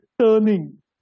turning